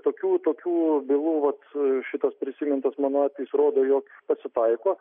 tokių tokių bylų vat šitas prisimintas mano atvejis rodo jog pasitaiko